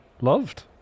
Loved